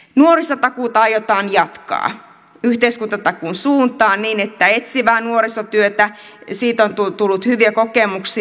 nuorisotakuuta aiotaan jatkaa yhteiskuntatakuun suuntaan etsivästä nuorisotyöstä on tullut hyviä kokemuksia